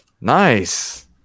Nice